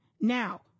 now